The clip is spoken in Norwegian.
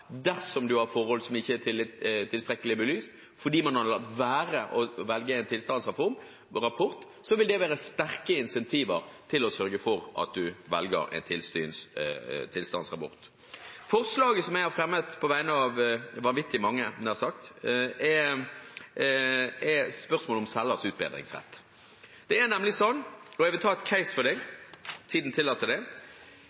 dersom det er forhold som ikke er tilstrekkelig belyst fordi man har latt være å velge en tilstandsrapport, vil det være sterke incentiver til å sørge for at man velger å bruke tilstandsrapport. Forslaget som jeg har fremmet – på vegne av vanvittig mange, nær sagt – er spørsmålet om selgers utbedringsrett. Jeg vil ta en case, tiden tillater det: Familie kjøper rekkehus fra tidligere eier, de